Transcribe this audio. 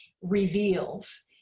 reveals